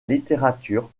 littérature